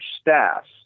staffs